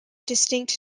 distinct